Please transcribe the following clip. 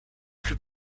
plus